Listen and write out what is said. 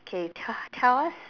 okay tell tell us